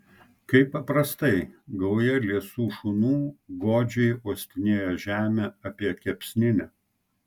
kaip paprastai gauja liesų šunų godžiai uostinėjo žemę apie kepsninę